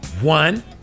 one